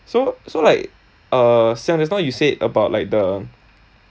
so so like uh just now you said about like the